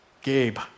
Gabe